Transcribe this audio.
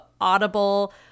Audible